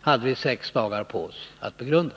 hade vi sex dagar på oss att begrunda.